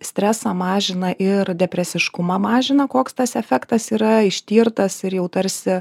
stresą mažina ir depresiškumą mažina koks tas efektas yra ištirtas ir jau tarsi